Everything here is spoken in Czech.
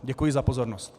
Děkuji za pozornost.